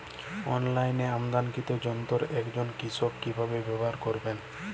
অনলাইনে আমদানীকৃত যন্ত্র একজন কৃষক কিভাবে ব্যবহার করবেন?